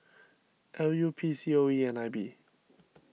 L U P C O E and I B